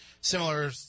similar